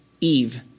Eve